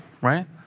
right